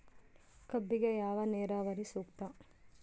ಕಬ್ಬಿಗೆ ಯಾವ ನೇರಾವರಿ ಸೂಕ್ತ?